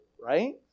right